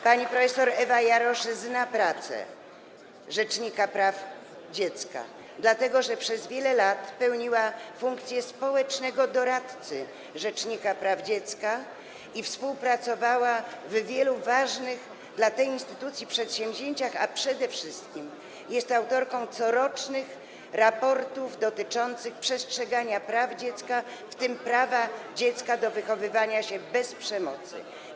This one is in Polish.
Pani prof. Ewa Jarosz zna pracę rzecznika praw dziecka, dlatego że przez wiele lat pełniła funkcję społecznego doradcy rzecznika praw dziecka i współpracowała przy wielu ważnych dla tej instytucji przedsięwzięciach, a przede wszystkim jest autorką corocznych raportów dotyczących przestrzegania praw dziecka, w tym prawa dziecka do wychowywania się bez przemocy.